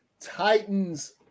titans